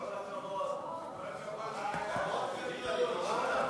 ראש הממשלה.